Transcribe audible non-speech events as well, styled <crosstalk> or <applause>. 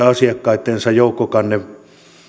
<unintelligible> asiakkaittensa joukkokannevoimin